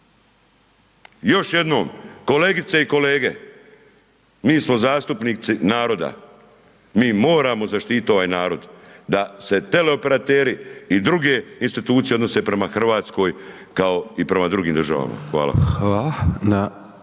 Još jednom, kolegice i kolege, mi smo zastupnici naroda, mi moramo zaštiti ovaj narod, da se teleoperateri i druge institucije odnose prema Hrvatskoj, kao i prema drugim državama. Hvala.